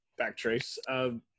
backtrace